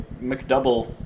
McDouble